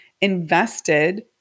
invested